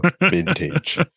Vintage